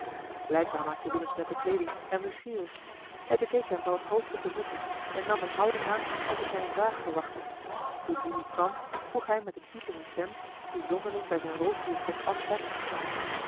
blijkbaar maakte willems nette kleeding hem nieuwsgierig hij bekeek hem van het hoofd tot de voeten en nam eene houding aan alsof hij een vraag verwachtte toen die niet kwam vroeg hij met eene piepende stem die zonderling bij zijn roofdierkop afstak